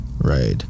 Right